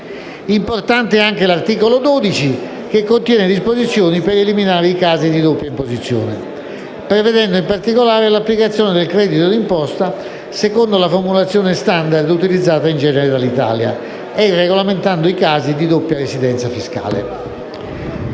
Importante anche l'articolo 12, che contiene disposizioni per eliminare i casi di doppia imposizione, prevedendo in particolare l'applicazione del credito d'imposta secondo la formulazione *standard* utilizzata in genere dall'Italia e regolamentando i casi di doppia residenza fiscale.